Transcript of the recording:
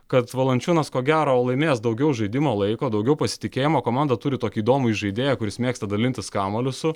kad valančiūnas ko gero laimės daugiau žaidimo laiko daugiau pasitikėjimo komanda turi tokį įdomų įžaidėją kuris mėgsta dalintis kamuoliu su